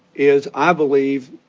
is, i believe,